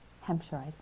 Hampshire